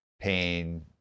pain